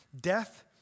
death